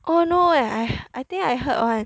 oh no eh I I think I heard [one]